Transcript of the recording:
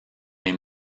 les